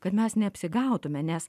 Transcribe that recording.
kad mes neapsigautume nes